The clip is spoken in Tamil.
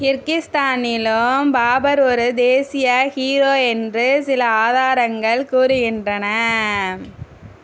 கிர்கிஸ்தானிலும் பாபர் ஒரு தேசிய ஹீரோ என்று சில ஆதாரங்கள் கூறுகின்றன